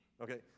Okay